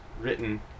written